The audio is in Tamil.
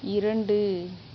இரண்டு